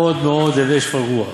מאוד מאוד הווי שפל רוח,